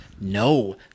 No